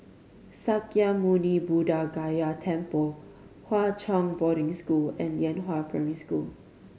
Sakya Muni Buddha Gaya Temple Hwa Chong Boarding School and Lianhua Primary School